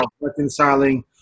reconciling